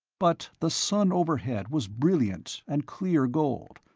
but the sun overhead was brilliant and clear gold,